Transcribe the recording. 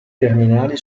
terminali